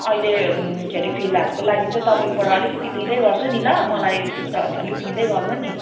अहिले के रे फिलहालको लागि चाहिँ तपाईँकोबाट अलिकति लिँदै गर्छु नि ल मलाई पुग्छ भने अलिक दिँदै गर्नु नि